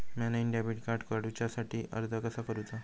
म्या नईन debit card काडुच्या साठी अर्ज कसा करूचा?